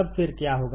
तब फिर क्या होगा